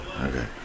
Okay